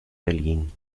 berlin